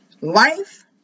Life